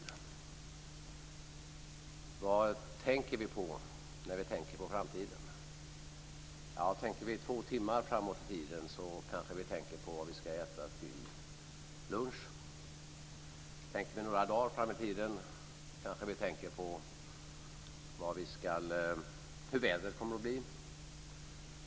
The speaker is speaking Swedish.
Vad tänker vi på när vi tänker på framtiden? Tänker vi två timmar framåt i tiden kanske vi tänker på vad vi ska äta till lunch. Tänker vi några dagar framåt i tiden kanske vi tänker på hur vädret kommer att bli.